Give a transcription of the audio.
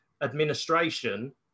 administration